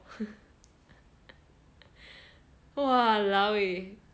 !walao! eh